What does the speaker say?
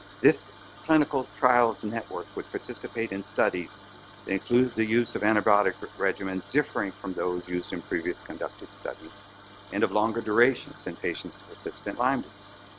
this clinical trials network would participate in studies that includes the use of antibiotic regimens differing from those used in previous conducted studies and have longer durations in patient's persistent lyme disease.